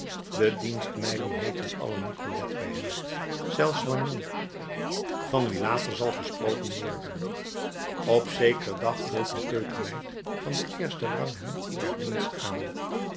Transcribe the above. de dienstmeiden heetten alle nicolette bij hem zelfs magnon van wie later zal gesproken worden op zekeren dag bood een keukenmeid van den eersten rang hem haar dienst aan